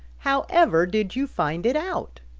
however did you find it out?